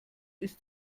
ist